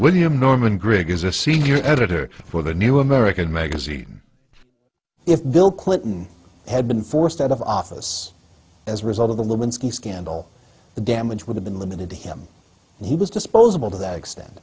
william norman grigg is a senior editor for the new american magazine if bill clinton had been forced out of office as a result of the lewinsky scandal the damage would have been limited to him and he was disposable to that extent